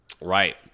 Right